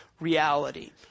reality